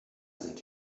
sind